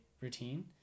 routine